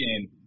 game